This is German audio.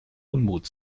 unmut